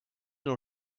dans